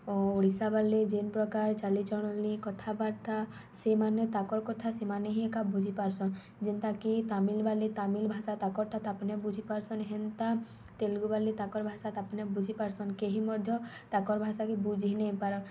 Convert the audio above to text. ଓ ଓଡ଼ିଶା ବାଲେ ଯେନ୍ ପ୍ରକାର୍ ଚାଲିଚଳଣି କଥାବାର୍ତ୍ତା ସେମାନେ ତାକର୍ କଥା ସେମାନେ ହିଁ ଏକା ବୁଝିପାର୍ସନ୍ ଯେନ୍ତାକି ତାମିଲ୍ ବାଲେ ତାମିଲ୍ ଭାଷା ତାକର୍ଟା ତାପ୍ନେ ବୁଝିପାର୍ସନ୍ ହେନ୍ତା ତେଲୁଗୁ ବାଲେ ତାକର୍ ଭାଷା ତାପ୍ନେ ବୁଝି ପାର୍ସନ୍ କେହି ମଧ୍ୟ ତାକର୍ ଭାଷାକେ ବୁଝି ନେଇପାରନ୍